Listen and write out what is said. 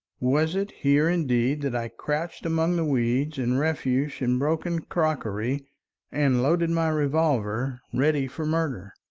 was it here indeed that i crouched among the weeds and refuse and broken crockery and loaded my revolver ready for murder?